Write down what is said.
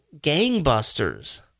gangbusters